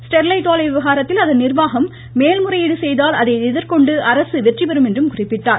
Sterlite ஆலை விவகாரத்தில் அதன் நிர்வாகம் மேல்முறையீடு செய்தால் அதை எதிர்கொண்டு அரசு வெற்றி பெறும் என்று குறிப்பிட்டார்